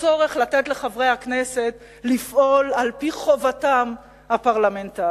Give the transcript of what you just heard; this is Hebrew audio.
את הצורך לתת לחברי הכנסת לפעול על-פי חובתם הפרלמנטרית.